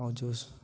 ଆଉ ଯୁ